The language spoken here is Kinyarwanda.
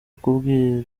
kubwira